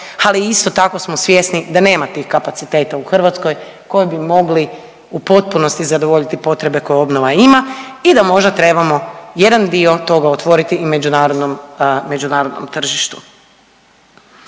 ali isto tako smo svjesni da nema tih kapaciteta u Hrvatskoj koji bi mogli u potpunosti zadovoljiti potrebe koje obnova ima i da možda trebamo jedan dio toga otvoriti i međunarodnom tržištu.